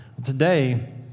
Today